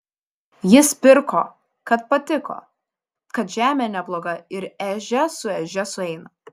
jis pirko kad patiko kad žemė nebloga ir ežia su ežia sueina